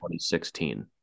2016